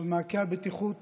מעקה הבטיחות